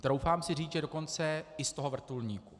Troufám si říct, že dokonce i z toho vrtulníku.